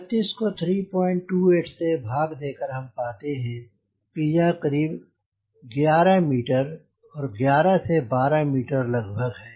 36 को 3 28 से भाग देकर हम पाते हैं की यह यह करीब 11 मीटर 11 से 12 मीटर लगभग है